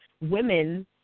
women